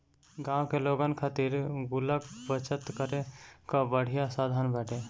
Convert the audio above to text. गांव के लोगन खातिर गुल्लक बचत करे कअ बढ़िया साधन बाटे